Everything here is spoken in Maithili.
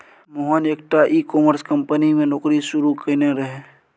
मोहन एकटा ई कॉमर्स कंपनी मे नौकरी शुरू केने रहय